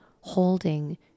holding